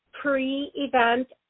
Pre-event